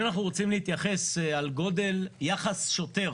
אם אנחנו רוצים להתייחס לנושא של יחס שוטר